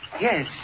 Yes